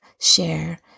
share